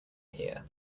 here